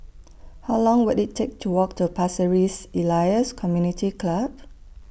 How Long Will IT Take to Walk to Pasir Ris Elias Community Club